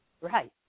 Right